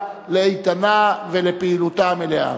הוועדה היא ועדת המדע.